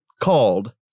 called